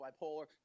bipolar